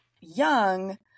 young